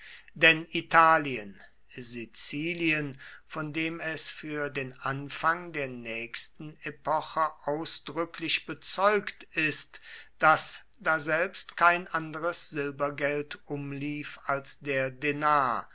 denn italien sizilien von dem es für den anfang der nächsten epoche ausdrücklich bezeugt ist daß daselbst kein anderes silbergeld umlief als der denar